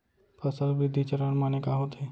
फसल वृद्धि चरण माने का होथे?